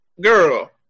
girl